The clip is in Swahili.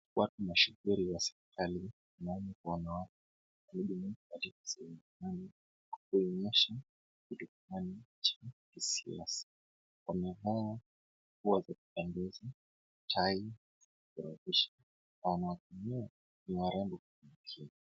Watu mashuhuri wa serikali, yani wanaohudumia katika serikali, wamevaa nguo za kupendeza, tai na wanawake wenyewe ni warembo kupindukia.